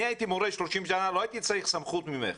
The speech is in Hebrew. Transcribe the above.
אני הייתי מורה 30 שנה ולא הייתי צריך סמכות ממך.